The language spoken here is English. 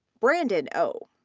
brandon oh.